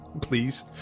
Please